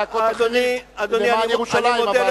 להכות אחרים למען ירושלים.